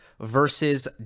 versus